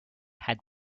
had